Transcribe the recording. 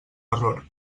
error